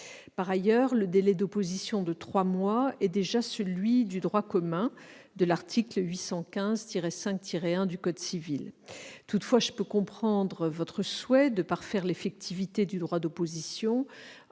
Par ailleurs, le délai d'opposition de trois mois est déjà celui du droit commun de l'article 815-5-1 du code civil. Toutefois, je peux comprendre votre souhait de parfaire l'effectivité du droit d'opposition,